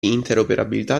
interoperabilità